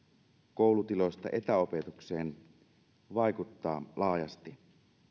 koulutiloista etäopetukseen vaikuttaa laajasti